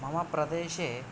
मम प्रदेशे